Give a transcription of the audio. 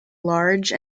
large